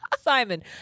Simon